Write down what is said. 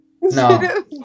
no